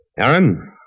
Aaron